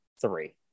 three